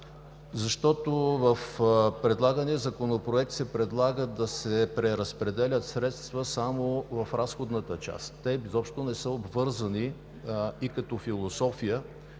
защото в Законопроекта се предлага да се преразпределят средства само в разходната част. Те изобщо не са обвързани и като философия,